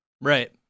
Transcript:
Right